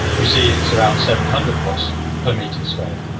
we see it's around seven hundred watts per meter squared.